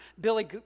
Billy